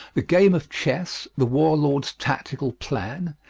the game of chess, the war-lord's tactical plan,